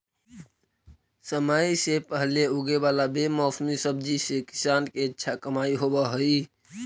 समय से पहले उगे वाला बेमौसमी सब्जि से किसान के अच्छा कमाई होवऽ हइ